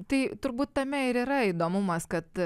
tai turbūt tame ir yra įdomumas kad